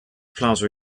plaza